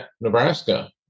Nebraska